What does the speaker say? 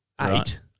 Eight